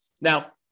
Now